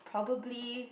probably